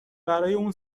اون